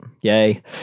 Yay